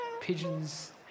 pigeons